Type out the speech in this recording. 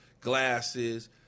glasses